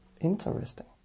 Interesting